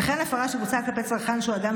וכן הפרה שבוצעה כלפי צרכן שהוא אדם